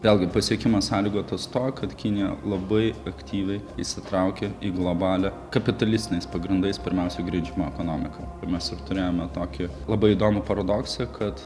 vėlgi pasiekimas sąlygotas to kad kinija labai aktyviai įsitraukia į globalią kapitalistiniais pagrindais pirmiausia grindžiamą ekonomiką mes ir turėjome tokį labai įdomų paradoksą kad